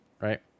right